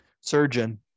Surgeon